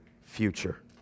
future